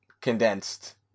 condensed